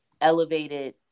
elevated